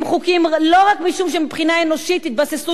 הם חוקיים לא רק משום שמבחינה אנושית התבססו